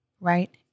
right